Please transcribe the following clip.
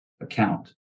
account